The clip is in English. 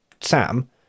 Sam